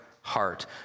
heart